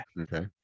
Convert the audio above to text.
Okay